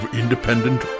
independent